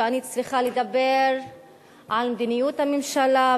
ואני צריכה לדבר על מדיניות הממשלה,